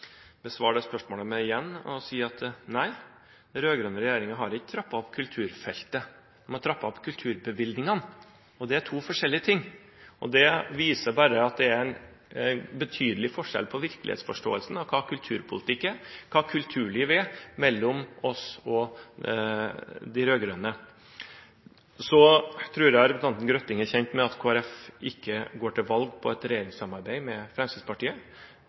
besvare spørsmålet med igjen å si at den rød-grønne regjeringen ikke har trappet opp kulturfeltet, de har trappet opp kulturbevilgningene. Det er to forskjellige ting. Det viser bare at det er en betydelig forskjell når det gjelder virkelighetsforståelsen av hva kulturpolitikk er, av hva kulturliv er, mellom oss og de rød-grønne. Jeg tror representanten Grøtting er kjent med at Kristelig Folkeparti ikke går til valg på et regjeringssamarbeid med Fremskrittspartiet.